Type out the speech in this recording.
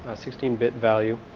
ah sixteen-bit value,